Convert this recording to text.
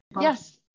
Yes